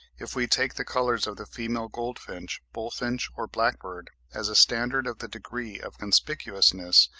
if we take the colours of the female goldfinch, bullfinch, or blackbird, as a standard of the degree of conspicuousness,